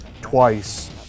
twice